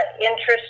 interest